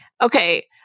okay